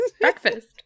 breakfast